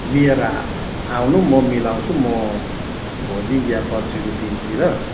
लिएर आउनु म मिलाउँछु म भोलि या पर्सिको दिनतिर